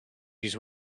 use